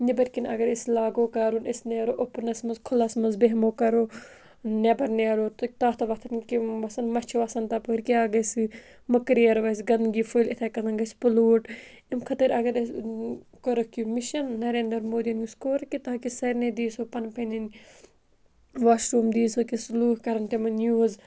نیٚبٕرۍ کِنۍ اگر أسۍ لاگو کَرُن أسۍ نیرو اوٚپنَس منٛز کھُلَس منٛز بیٚہمو کَرو نیٚبَر نیرو تہٕ تَتھ وۄتھَن کہِ وَسَن مَچھِ وَسَن تَپٲرۍ کیٛاہ گَژھِ مٔکریار وَسہِ گَنٛدگی فٔہلہٕ اِتھَے کٔنَن گَژھِ پُلوٗٹ اَمہِ خٲطرٕ اگر أسۍ کوٚرُکھ یہِ مِشَن نَرِندر مودیَن یُس کوٚر کہِ تاکہِ سارنٕے دِی سو پَنٕنۍ پنن واشروٗم دِییٖ سُہ کہِ سُہ لوٗکھ کَرَن تِمَن یوٗز